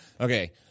Okay